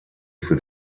für